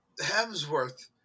Hemsworth